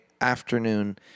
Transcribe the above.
afternoon